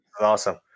Awesome